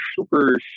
super